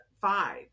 five